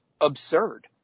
absurd